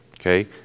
Okay